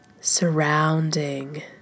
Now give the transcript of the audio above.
Surrounding